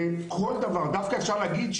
דווקא אפשר להגיד,